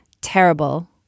terrible